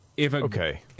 Okay